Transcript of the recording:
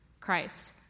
Christ